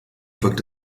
wirkt